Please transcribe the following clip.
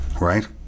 right